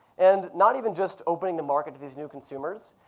and not even just opening the market to these new consumers,